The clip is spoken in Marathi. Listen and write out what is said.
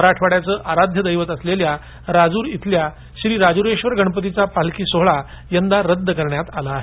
मराठवाड्याचे आराध्य दैवत असलेल्या राजूर इथल्या श्री राजूरेश्वर गणपतीचा पालखी सोहळा यावर्षी रद्द करण्यात आला आहे